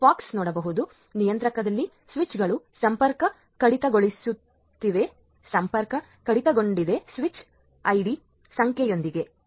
ಆದ್ದರಿಂದ ಎಡಗೈಯಲ್ಲಿ ನೀವು POX ನೋಡಬಹುದು ನಿಯಂತ್ರಕದಲ್ಲಿ ಸ್ವಿಚ್ಗಳು ಸಂಪರ್ಕ ಕಡಿತಗೊಳ್ಳುತ್ತಿವೆಸಂಪರ್ಕ ಕಡಿತಗೊಂಡಿದೆ ಸ್ವಿಚ್ ಐಡಿ ಸಂಖ್ಯೆಯೊಂದಿಗೆ